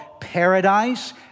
paradise